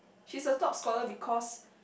she is the top scholar because